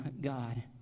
God